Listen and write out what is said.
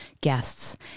guests